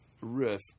riff